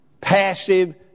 passive